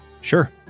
Sure